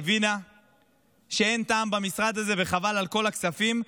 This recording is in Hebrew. היא הבינה שאין טעם במשרד הזה וחבל על כל הכספים,